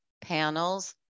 panels